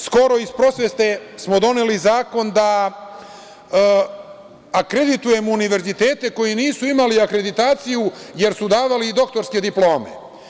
Skoro smo iz prosvete doneli zakon da akreditujemo univerzitete koji nisu imali akreditaciju, jer su davali i doktorske diplome.